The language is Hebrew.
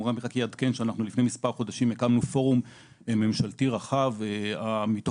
אני רק אעדכן שלפני מספר חודשים הקמנו פורום ממשלתי רחב שבעצם